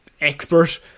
expert